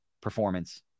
performance